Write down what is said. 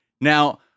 Now